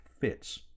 fits